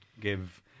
give